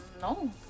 No